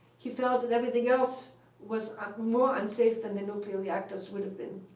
he felt that everything else was ah more unsafe than the nuclear reactors would've been.